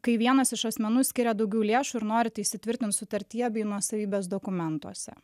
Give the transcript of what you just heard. kai vienas iš asmenų skiria daugiau lėšų ir nori tai įsitvirtint sutartyje bei nuosavybės dokumentuose